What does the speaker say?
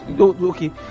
okay